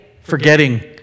forgetting